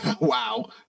Wow